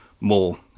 more